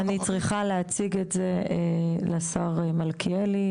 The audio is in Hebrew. אני צריכה להציג את זה לשר מלכיאלי,